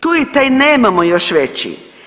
Tu je taj nemamo još veći.